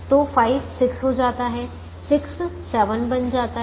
तो 5 6 हो जाता है 6 7 बन जाता है